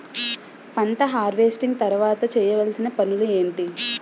పంట హార్వెస్టింగ్ తర్వాత చేయవలసిన పనులు ఏంటి?